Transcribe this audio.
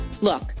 Look